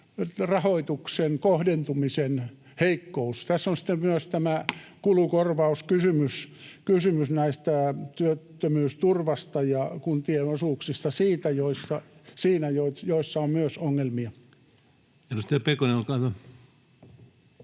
rahoituksen kohdentumisen heikkous. Tässä on sitten myös tämä kulukorvauskysymys työttömyysturvasta ja kuntien osuuksista, joissa on myös ongelmia. Edustaja Pekonen, olkaa hyvä.